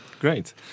Great